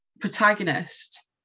protagonist